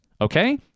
okay